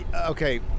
okay